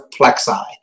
plexi